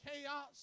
chaos